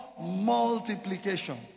multiplication